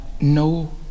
no